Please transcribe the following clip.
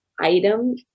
item